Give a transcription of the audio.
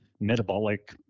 metabolic